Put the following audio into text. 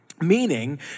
meaning